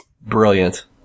Brilliant